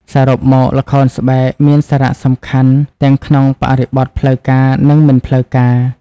សរុបមក ល្ខោនស្បែកមានសារៈសំខាន់ទាំងក្នុងបរិបទផ្លូវការនិងមិនផ្លូវការ។